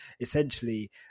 essentially